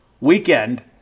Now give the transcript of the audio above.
weekend